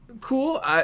cool